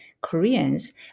Koreans